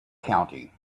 county